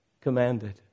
commanded